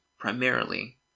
primarily